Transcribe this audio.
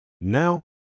Now